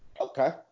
Okay